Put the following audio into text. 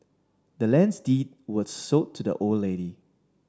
the land's deed was sold to the old lady